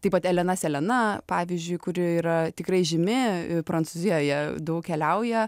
tai pati elena selena pavyzdžiui kuri yra tikrai žymi prancūzijoje daug keliauja